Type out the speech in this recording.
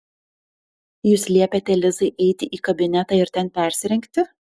jūs liepėte lizai eiti į kabinetą ir ten persirengti